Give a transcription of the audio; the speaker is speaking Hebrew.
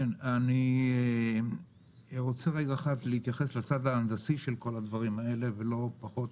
אני רוצה להתייחס לצד ההנדסי של כל הדברים האלה ופחות